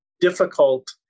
difficult